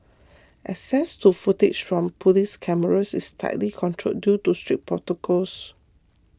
access to footage from police cameras is tightly controlled due to strict protocols